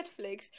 Netflix